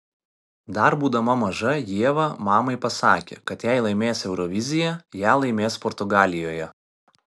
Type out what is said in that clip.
dar būdama maža ieva mamai pasakė kad jei laimės euroviziją ją laimės portugalijoje